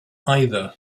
either